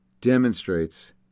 demonstrates